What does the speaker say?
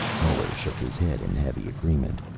muller shook his head in heavy agreement.